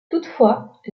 toutefois